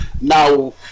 Now